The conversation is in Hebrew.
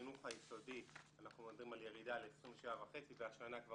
ובחינוך היסודי אנחנו מדברים על ירידה ל-27.5 והשנה כבר